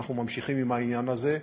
ואנחנו ממשיכים עם העניין הזה.